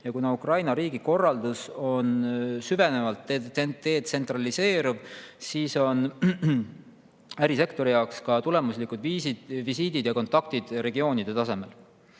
Kuna Ukraina riigikorraldus on süvenevalt detsentraliseeruv, siis on ärisektori jaoks tulemuslikud ka visiidid ja kontaktid regioonide tasemel.